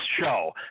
show